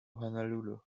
honolulu